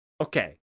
Okay